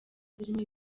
zirimo